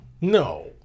No